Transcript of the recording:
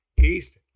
east